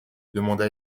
demanda